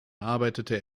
arbeitete